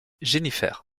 jennifer